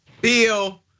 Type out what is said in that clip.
Bill